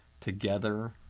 Together